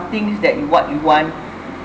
things that you what you want